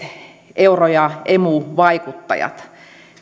euro ja emu vaikuttajat